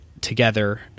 together